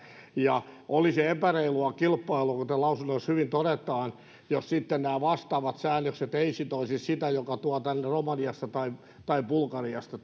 niin olisi epäreilua kilpailua kuten lausunnoissa hyvin todetaan jos sitten nämä vastaavat säännökset eivät sitoisi sitä joka tuo tänne romaniasta tai tai bulgariasta